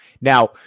Now